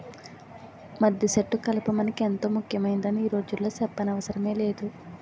మద్దిసెట్టు కలప మనకి ఎంతో ముక్యమైందని ఈ రోజుల్లో సెప్పనవసరమే లేదు